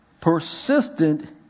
Persistent